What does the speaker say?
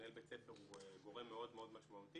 מנהל בית ספר הוא גורם מאוד מאוד משמעותי.